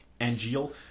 Angel